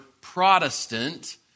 Protestant